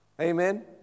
Amen